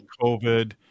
COVID